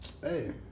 Hey